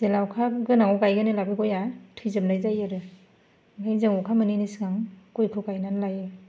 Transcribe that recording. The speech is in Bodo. जेब्ला अखा गोनांआव गायगोन अब्ला बे गयआ थैजोबनाय जायो आरो ओंखायनो जों अखा मोनैनि सिगां गयखौ गायनानै लायो